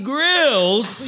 Grills